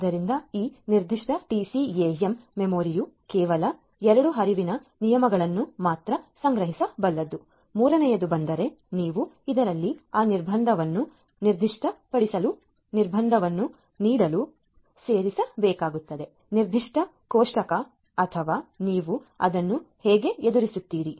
ಆದ್ದರಿಂದ ಈ ನಿರ್ದಿಷ್ಟ TCAM ಮೆಮೊರಿಯು ಕೇವಲ 2 ಹರಿವಿನ ನಿಯಮಗಳನ್ನು ಮಾತ್ರ ಸಂಗ್ರಹಿಸಬಲ್ಲದು ಮೂರನೆಯದು ಬಂದರೆ ನೀವು ಇದರಲ್ಲಿ ಆ ನಿರ್ಬಂಧವನ್ನು ನಿರ್ದಿಷ್ಟಪಡಿಸಲು ನಿರ್ಬಂಧವನ್ನು ನೀಡಲು ಸೇರಿಸಬೇಕಾಗುತ್ತದೆ ನಿರ್ದಿಷ್ಟ ಕೋಷ್ಟಕ ಅಥವಾ ನೀವು ಅದನ್ನು ಹೇಗೆ ಎದುರಿಸುತ್ತೀರಿ